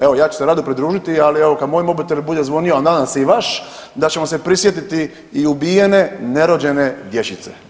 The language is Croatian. Evo ja ću se rado pridružiti, ali evo kad moj mobitel bude zvonio, a nadam se i vaš da ćemo se prisjetiti i ubijene nerođene dječice.